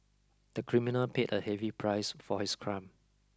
the criminal paid a heavy price for his crime